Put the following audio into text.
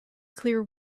clear